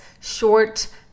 short